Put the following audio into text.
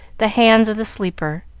the hands of the sleeper,